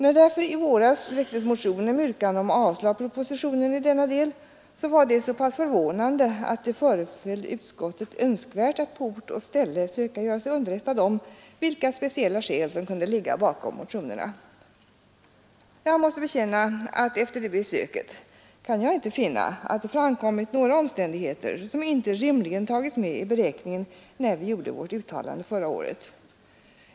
När därför i våras väcktes motioner med yrkande om avslag på propositionen i denna del, var det så pass förvånande att det föreföll utskottet önskvärt att på ort och ställe söka göra sig underrättat om vilka speciella skäl som kunde ligga bakom motionerna. Jag får bekänna att efter det besöket kan jag inte finna att det framkommit några omständigheter som inte rimligen tagits med i beräkningen, när vi gjorde vårt uttalande förra året.